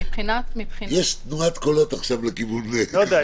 יש תנועת קולות עכשיו לכיוון -- לא יודע.